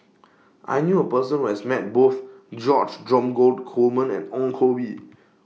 I knew A Person Who has Met Both George Dromgold Coleman and Ong Koh Bee